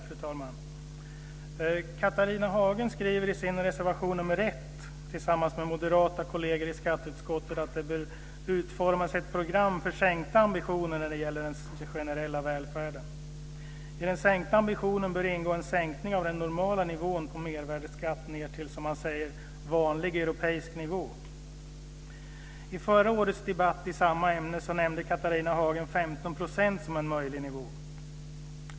Fru talman! Catharina Hagen skriver i sin reservation 1 tillsammans med sina moderata kolleger i skatteutskottet att det bör utformas ett program för sänkta ambitioner när det gäller den generella välfärden. I den sänkta ambitionen bör ingå en sänkning av den normala nivån på mervärdesskatten ned till, som de säger, en vanlig europeisk nivå. I förra årets debatt i samma ämne nämnde Catharina Hagen 15 % som en möjlig nivå.